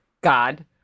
God